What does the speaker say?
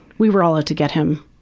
we were all out to get him